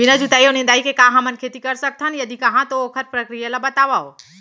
बिना जुताई अऊ निंदाई के का हमन खेती कर सकथन, यदि कहाँ तो ओखर प्रक्रिया ला बतावव?